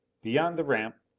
beyond the ramp,